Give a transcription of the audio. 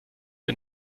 der